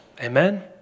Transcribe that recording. Amen